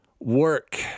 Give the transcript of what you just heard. work